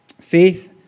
faith